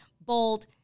bold